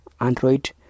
Android